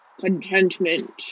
contentment